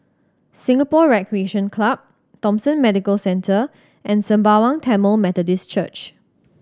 Singapore Recreation Club Thomson Medical Centre and Sembawang Tamil Methodist Church